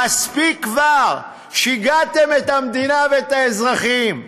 מספיק כבר, שיגעתם את המדינה ואת האזרחים.